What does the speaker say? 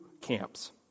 camps